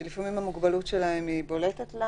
זה נושא שמצדיק התייחסות דומה